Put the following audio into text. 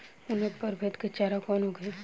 उन्नत प्रभेद के चारा कौन होखे?